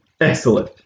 Excellent